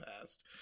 past